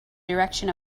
direction